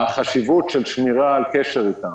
החשיבות של שמירה על קשר איתם,